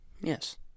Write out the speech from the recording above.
Yes